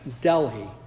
Delhi